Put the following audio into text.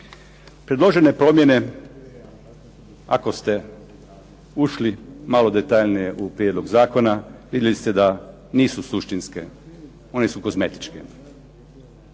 Predložene promjene ako ste ušli malo detaljnije u prijedlog zakona vidjeli ste da nisu suštinske. One su kozmetičke.